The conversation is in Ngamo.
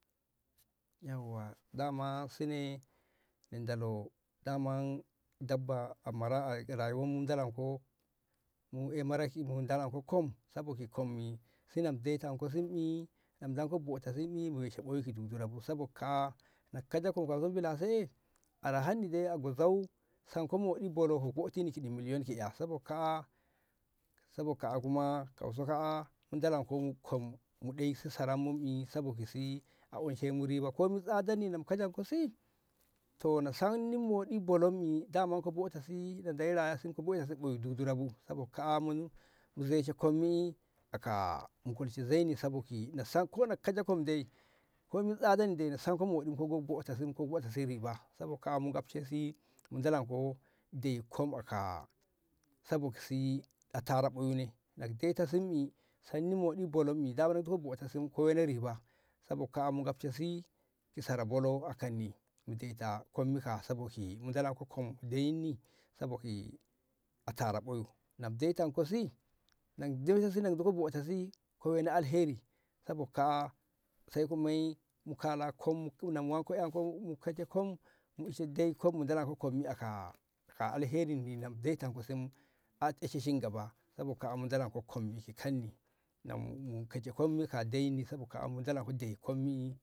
yauwa dama sine ni dolo daman dabba amara arayuwa mu dolanko mu ai mara ki mu dolanko kom sabo ki komi si na mu daitanko sim'i na mu a ka kajo kom milase arahanni dai a bo zau sanko moɗi bolou ka botini milyan ki ƴa sabo kaa'a sabo kaa'a kuma kauso kaa'a mu dolanko kom mu ɗoi saran mu sabo kaa'a a onshe mu riba komi tsadanni na mu kajanko si to na sanni moɗi bolommi daman ka botasi na Deyi rayesu ka boitasi oyum dudura bu sabo kaa'a mu zaishe kommi a ka mu kolshe zaini sabo ki na sanko ni kaja kom dai komi tsadanni na sanko moɗi ka go botasi botasi ki riba sabo kaa'a mu gafko si mu dalonko dai kom a ka sabo ki si a tara oyum ne na ka daita simmi soninni moɗi bolommi dama ka duko botasi ka wena riba sabo kaa'a mu gafko si ki sara bolo a kanni mu daita kom fa saboki mu dolanko kom dayinni saboki a tara oyum na mu daitanko si na mu dai tasi duko botasi ka waina alheri sabo kaa'a sai ka muyi mu kala kom na mu wanko ƴanko mu keje kom mu ishe dai kom mu dolonko ko kom a kaa alherinni na mu daitanko mu eshe cingaba sabo kaa'a mu dolonko kom ki kanni na mu keje kommi ka da'inni sabo ka mu dai kommi.